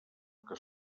que